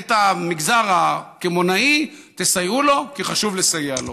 ואת המגזר הקמעונאי, תסייעו לו, כי חשוב לסייע לו.